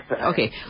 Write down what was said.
Okay